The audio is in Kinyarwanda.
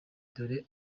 dore